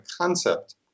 concept